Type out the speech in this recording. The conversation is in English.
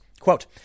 Quote